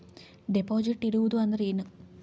Deposit ಇಡುವುದು ಅಂದ್ರ ಏನ?